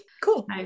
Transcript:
cool